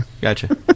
gotcha